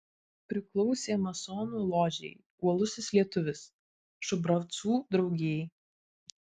priklausė masonų ložei uolusis lietuvis šubravcų draugijai